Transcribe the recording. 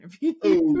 interview